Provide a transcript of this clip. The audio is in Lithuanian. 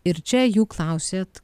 ir čia jų klausėt